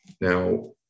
now